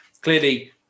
clearly